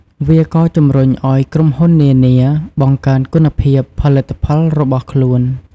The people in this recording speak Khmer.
វាក៏ជំរុញឱ្យក្រុមហ៊ុននានា បង្កើនគុណភាព ផលិតផលរបស់ខ្លួន។